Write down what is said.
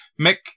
Mick